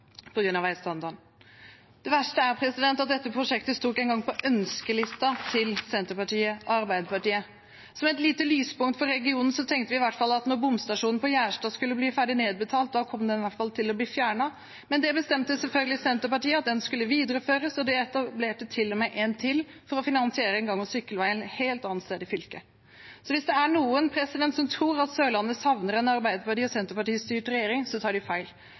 av veistandarden. Det verste er at dette prosjektet ikke engang sto på ønskelisten til Senterpartiet og Arbeiderpartiet. Som et lite lyspunkt for regionen tenkte vi at når bomstasjonen på Gjerstad var ferdig nedbetalt, kom den i hvert fall til å bli fjernet, men Senterpartiet bestemte selvfølgelig at den skulle videreføres, og de etablerte til og med en til for å finansiere en gammel sykkelvei et helt annet sted i fylket. Så hvis det er noen som tror at Sørlandet savner en Arbeiderparti- og Senterparti-styrt regjering, tar de feil.